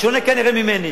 בשונה, כנראה, ממני.